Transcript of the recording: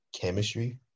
chemistry